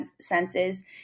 senses